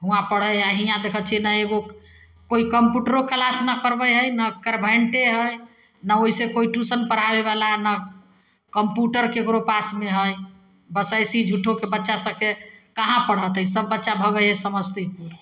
हुआँ पढ़ै हइ आओर हिआँ देखै छिए नहि कोइ कम्प्यूटरो किलास नहि करबै हइ नहि कॉन्वेन्टे हइ नहि ओहिसे कोइ ट्यूशन पढ़ाबैवला नहि कम्प्यूटर ककरो पासमे हइ बस अएसेहि झुट्ठोके बच्चासभके कहाँ पढ़ेतै सभ बच्चा भगै हइ समस्तीपुर